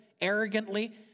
arrogantly